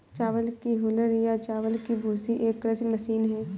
चावल की हूलर या चावल की भूसी एक कृषि मशीन है